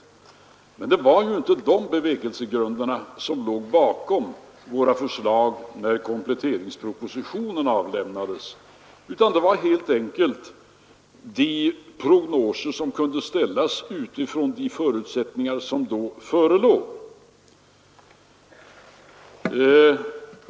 Men det var inte bevekelsegrunderna som låg bakom våra förslag när kompletteringspropositionen avlämnades, utan det var helt enkelt de prognoser som kunde ställas utifrån de förutsättningar som då förelåg.